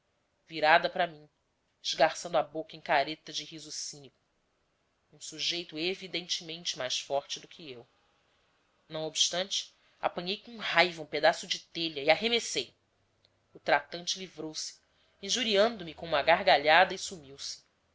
virada para mim esgarçando a boca em careta de riso cínico um sujeito evidentemente mais forte do que eu não obstante apanhei com raiva um pedaço de telha e arremessei o tratante livrou se injuriando me com uma gargalhada e sumiu-se